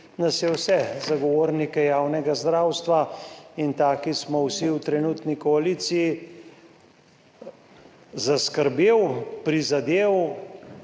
nas je vse zagovornike javnega zdravstva, in taki smo vsi v trenutni koaliciji, zaskrbel, prizadel